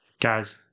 Guys